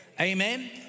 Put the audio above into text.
Amen